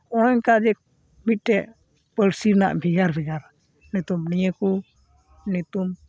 ᱚᱱᱠᱟ ᱜᱮ ᱢᱤᱫᱴᱮᱱ ᱯᱟᱹᱨᱥᱤ ᱨᱮᱱᱟᱜ ᱵᱷᱮᱜᱟᱨ ᱵᱷᱮᱜᱟᱨ ᱧᱩᱛᱩᱢ ᱱᱤᱭᱟᱹ ᱠᱚ ᱧᱩᱛᱩᱢ